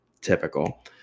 Typical